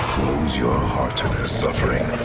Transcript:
your heart to their suffering.